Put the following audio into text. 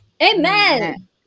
Amen